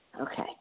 Okay